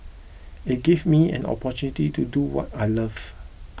it gave me an opportunity to do what I love